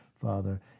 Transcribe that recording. Father